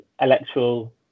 electoral